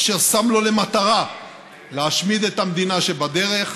אשר שם לו מטרה להשמיד את המדינה שבדרך,